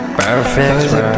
perfect